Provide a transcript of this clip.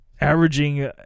averaging